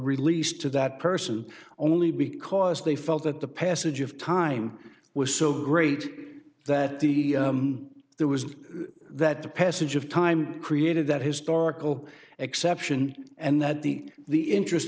released to that person only because they felt that the passage of time was so great that the there was that the passage of time created that historical exception and that the the interest